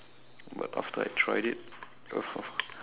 but after I tried it